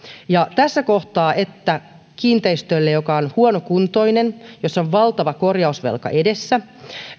tässä kohtaa kiinteistölle joka on huonokuntoinen jossa on valtava korjausvelka edessä